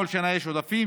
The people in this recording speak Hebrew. כל שנה יש עודפים,